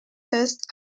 test